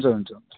हुन्छ हुन्छ हुन्छ